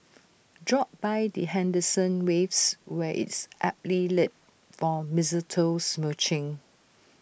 drop by the Henderson waves where IT is aptly lit for mistletoe smooching